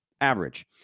average